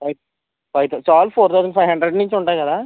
five five thousand చాలు four thousand five hundred నుంచి ఉంటాయి కదా